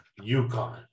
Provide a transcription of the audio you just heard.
UConn